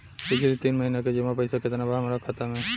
पिछला तीन महीना के जमा पैसा केतना बा हमरा खाता मे?